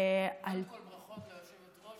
קודם כול, ברכות ליושבת-ראש